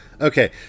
Okay